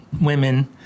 women